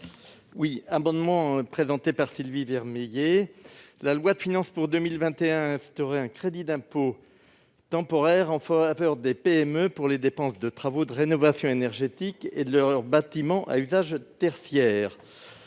: La parole est à M. Pierre Louault. La loi de finances pour 2021 a instauré un crédit d'impôt temporaire en faveur des PME pour les dépenses de travaux de rénovation énergétique de leurs bâtiments à usage tertiaire.